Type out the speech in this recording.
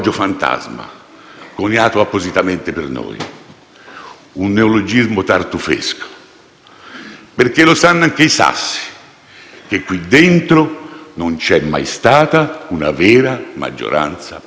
appositamente per noi, perché sanno anche i sassi che qui dentro non c'è mai stata una vera maggioranza politica con la quale tutti devono fare i conti.